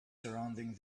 surrounding